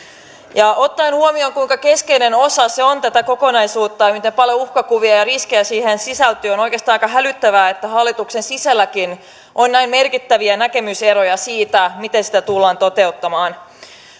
ja ottaen huomioon kuinka keskeinen osa se on tätä kokonaisuutta ja miten paljon uhkakuvia ja riskejä siihen sisältyy on oikeastaan aika hälyttävää että hallituksen sisälläkin on näin merkittäviä näkemyseroja siitä miten sitä tullaan toteuttamaan